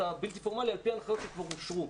הבלתי פורמלי על פי הנחיות שכבר אושרו.